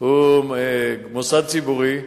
היא מוסד ציבורי,